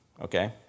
okay